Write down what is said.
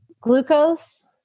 Glucose